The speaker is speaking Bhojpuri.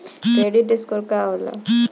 क्रेडिट स्कोर का होला?